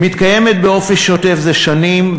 היא מתקיימת באופן שוטף זה שנים,